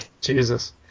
Jesus